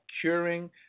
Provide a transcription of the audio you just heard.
curing